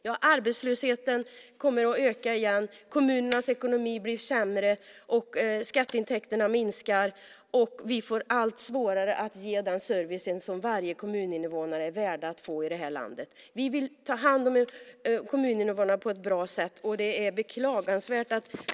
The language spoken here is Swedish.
Ja, arbetslösheten kommer att öka igen, kommunernas ekonomi blir sämre, skatteintäkterna minskar och vi får allt svårare att ge den service som varje kommuninvånare är värd att få i det här landet. Vi vill ta hand om kommuninvånarna på ett bra sätt.